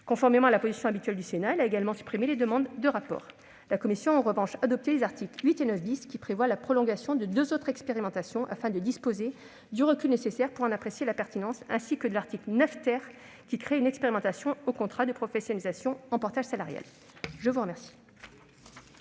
Conformément à la position habituelle du Sénat, elle a également supprimé les demandes de rapport. En revanche, elle a adopté les articles 8 et 9 , qui prévoient la prolongation de deux autres expérimentations, afin de pouvoir disposer du recul nécessaire pour en apprécier la pertinence, ainsi que l'article 9 , qui crée une expérimentation du contrat de professionnalisation en portage salarial. La parole